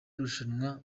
rushanwa